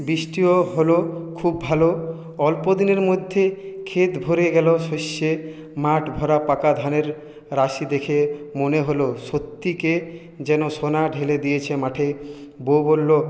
বৃষ্টিও হলো খুব ভালো অল্প দিনের মধ্যেই ক্ষেত ভরে গেলো শস্যে মাঠ ভরা পাকা ধানের রাশি দেখে মনে হলো সত্যি কে যেন সোনা ঢেলে দিয়েছে মাঠে বউ বললো